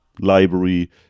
Library